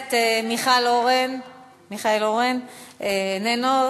הכנסת מיכאל אורן, איננו.